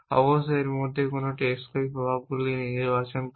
অবশ্যই এর মধ্যে কোন টেকসই প্রভাবগুলি নির্ধারণ করে